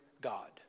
God